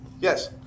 Yes